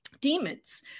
demons